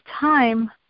time